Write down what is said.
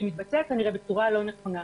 שכנראה מתבצע בצורה הלא נכונה.